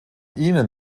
ihnen